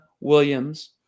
Williams